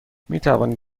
میتوانید